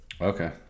Okay